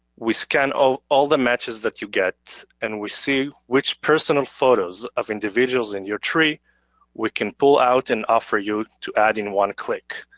we scan all the matches that you get and we see which personal photos of individuals in your tree we can pull out and offer you to add in one click.